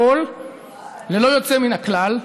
כולם ללא יוצא מן הכלל,